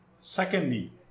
Secondly